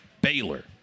Baylor